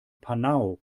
panau